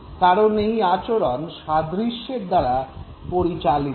কারন এই আচরণ সাদৃশ্যের দ্বারা পরিচালিত হয়